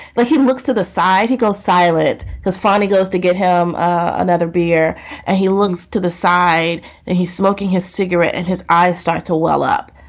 but he looks to the side, he goes silent because finally goes to get him another beer and he looks to the side and he's smoking his cigarette and his eyes start to well up.